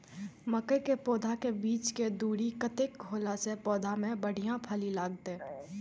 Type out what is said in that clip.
मके के पौधा के बीच के दूरी कतेक होला से पौधा में बढ़िया फली लगते?